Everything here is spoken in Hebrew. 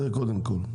זה קודם כל.